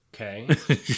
Okay